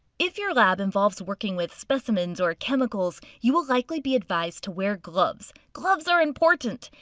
if your lab involves working with specimens or chemicals, you will likely be advised to wear gloves. gloves are important.